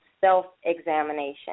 self-examination